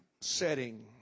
setting